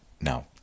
Now